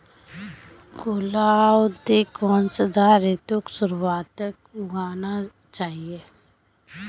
गुलाउदीक वसंत ऋतुर शुरुआत्त उगाना चाहिऐ